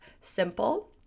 simple